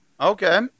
Okay